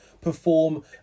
perform